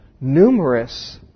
numerous